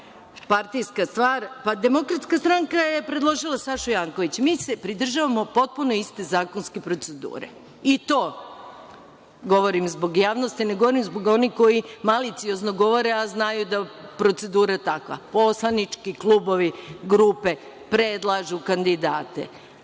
Partijska stvar, pa DS je predložila Sašu Jankovića. Mi se pridržavamo potpuno iste zakonske procedure i to govorim zbog javnosti, ne govorim zbog onih koji maliciozno govore, a znaju da je procedura takva. Poslanički klubovi, grupe predlažu kandidate.